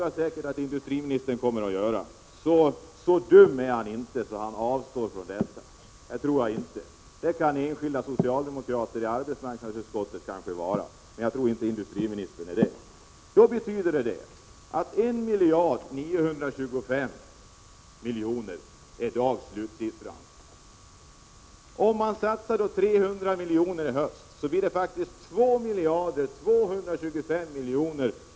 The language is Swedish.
Jag tror inte att han är så dum att han avstår från det. Enskilda socialdemokrater i arbetsmarknadsutskottet kanske kan vara så dumma, men jag tror som sagt inte att industriministern är det. Detta betyder att 1925 000 000 kr. i dag är slutsiffran. Om man satsar 300 milj.kr. i höst blir det faktiskt 2 225 000 000 kr.